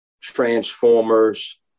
transformers